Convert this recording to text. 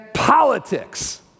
Politics